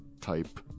type